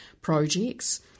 projects